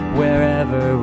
wherever